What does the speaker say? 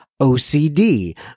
OCD